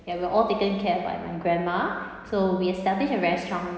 ya we were all taken care by my grandma so we establish a very strong